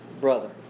Brother